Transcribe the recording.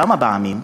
כמה פעמים,